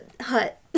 hut